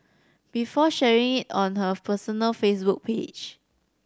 before sharing it on her personal Facebook page